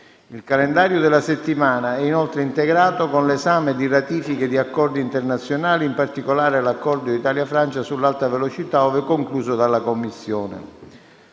Il calendario della settimana è inoltre integrato con l'esame di ratifiche di accordi internazionali, in particolare l'accordo Italia-Francia sull'alta velocità, ove concluso dalla Commissione.